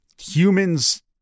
humans